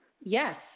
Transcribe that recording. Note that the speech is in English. Yes